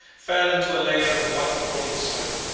fell into a layer of white crawling smoke,